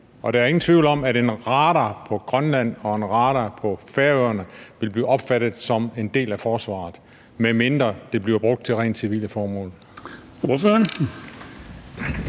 og der er ingen tvivl om, at en radar i Grønland og en radar på Færøerne vil blive opfattet som en del af forsvaret, medmindre det bliver brugt til rent civile formål.